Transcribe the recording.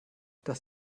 dass